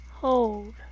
hold